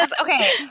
okay